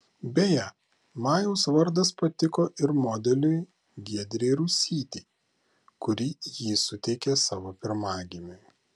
beje majaus vardas patiko ir modeliui giedrei rusytei kuri jį suteikė savo pirmagimiui